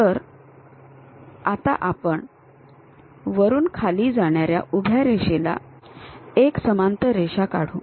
तर आता आपण वरून खाली जाणाऱ्या उभ्या रेषेला एक समांतर रेषा काढू